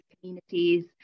communities